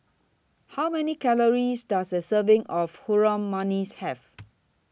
How Many Calories Does A Serving of Harum Manis Have